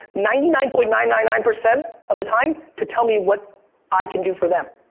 ninety nine point nine nine nine percent of the time, to tell me what i can do for them.